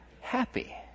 happy